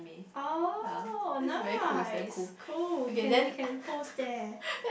oh nice cool you can you can pose there